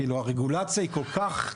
כאילו, הרגולציה היא כל כך קלה.